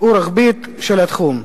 ורוחבית של התחום.